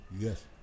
Yes